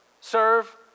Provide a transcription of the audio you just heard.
Serve